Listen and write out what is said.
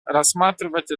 рассматривать